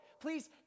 Please